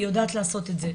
היא יודעת לעשות את זה.